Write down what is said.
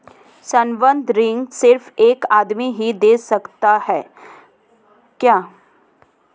संबंद्ध ऋण सिर्फ एक आदमी ही दे सकता है क्या?